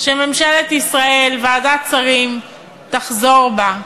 שממשלת ישראל, ועדת השרים, תחזור בה.